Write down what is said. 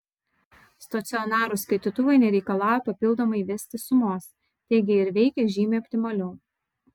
stacionarūs skaitytuvai nereikalauja papildomai įvesti sumos taigi ir veikia žymiai optimaliau